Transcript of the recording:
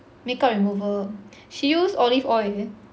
makeup remover she use olive oil